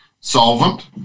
solvent